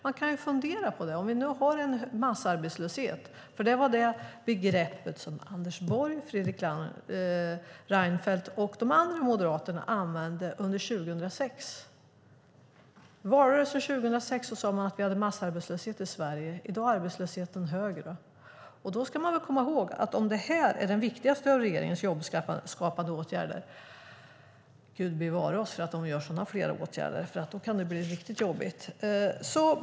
Man kan fundera på det. Under valrörelsen 2006 sade Anders Borg, Fredrik Reinfeldt och de andra moderaterna att vi hade massarbetslöshet i Sverige. I dag är arbetslösheten högre. Om detta är den viktigaste av regeringens jobbskapande åtgärder måste jag säga: Gud bevare oss från att de vidtar fler sådana åtgärder. Då kan det bli riktigt jobbigt.